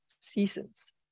seasons